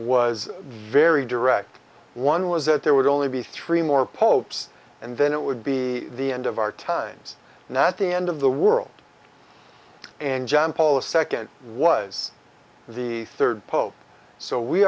was very direct one was that there would only be three more pope's and then it would be the end of our times and that the end of the world and john paul the second was the third pope so we